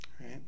right